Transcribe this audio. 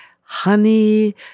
honey